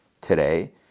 today